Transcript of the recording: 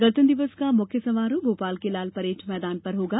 गणतंत्र दिवस का मुख्य समारोह भोपाल के लालपरेड मैदान में होगा